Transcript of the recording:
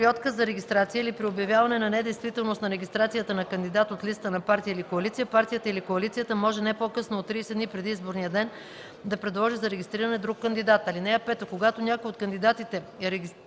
При отказ за регистрация или при обявяване на недействителност на регистрацията на кандидат от листа на партия или коалиция партията или коалицията може не по-късно от 30 дни преди изборния ден да предложи за регистриране друг кандидат.